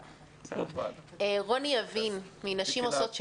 בבקשה, רוני יבין מ"נשים עושות שלום".